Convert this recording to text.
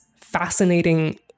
fascinating